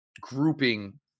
grouping